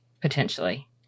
potentially